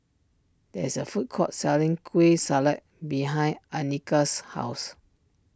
there is a food court selling Kueh Salat behind Annika's house